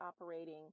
operating